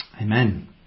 Amen